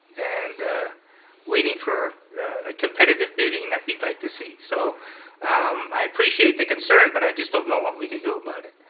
and waiting for a competitive bidding that we'd like to see. so i appreciate the concern, but i just don't know what we can do about it.